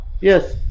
yes